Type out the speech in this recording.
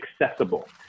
accessible